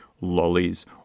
lollies